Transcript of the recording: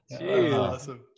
awesome